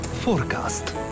Forecast